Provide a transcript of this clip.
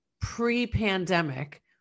pre-pandemic